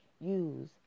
use